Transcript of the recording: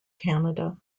canada